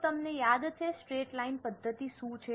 શું તમને યાદ છે સ્ટ્રેટ લાઇન પદ્ધતિ શું છે